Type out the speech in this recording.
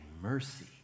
mercy